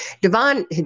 Devon